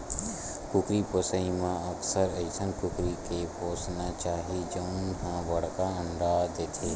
कुकरी पोसइ म अक्सर अइसन कुकरी के पोसना चाही जउन ह बड़का अंडा देथे